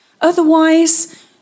Otherwise